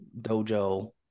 dojo